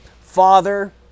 Father